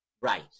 right